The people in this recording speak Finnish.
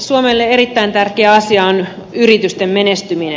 suomelle erittäin tärkeä asia on yritysten menestyminen